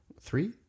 three